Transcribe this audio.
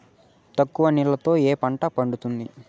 తక్కువ నీళ్లతో ఏ పంట పండుతుంది?